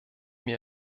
mir